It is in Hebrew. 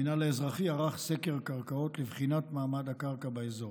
המינהל האזרחי ערך סקר קרקעות לבחינת מעמד הקרקע באזור.